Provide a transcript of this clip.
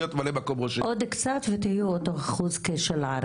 עוד קצת ותהיו אותו אחוז של הערבים.